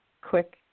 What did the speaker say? quick